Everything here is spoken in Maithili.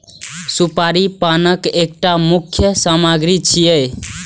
सुपारी पानक एकटा मुख्य सामग्री छियै